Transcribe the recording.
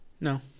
no